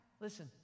listen